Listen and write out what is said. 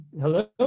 Hello